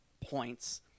points